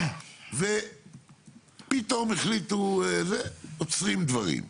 ופתאום החליטו עוצרים דברים.